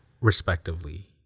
respectively